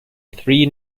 three